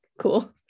cool